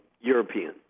European